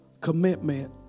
commitment